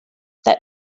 that